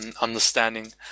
understanding